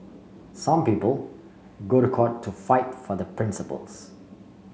some people go to the court to fight for their principles